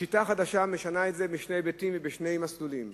השיטה החדשה משנה את זה בשני היבטים ובשני מסלולים.